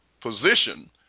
position